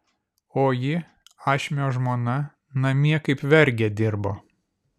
o ji ašmio žmona namie kaip vergė dirbo